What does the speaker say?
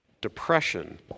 Depression